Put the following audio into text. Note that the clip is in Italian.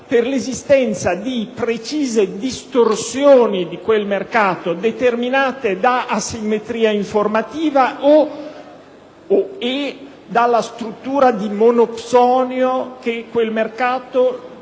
per l'esistenza di precise distorsioni di quel mercato determinate da asimmetria informativa e/o dalla struttura di monopsonio che quel mercato